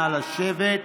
נא לשבת.